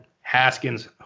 Haskins